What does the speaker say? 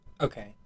okay